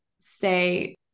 say